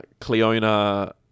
Cleona